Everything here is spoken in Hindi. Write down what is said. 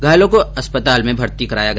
घायलों को अस्पताल में भर्ती कराया गया